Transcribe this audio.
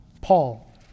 Paul